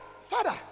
father